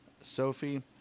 Sophie